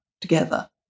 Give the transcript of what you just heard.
together